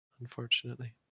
unfortunately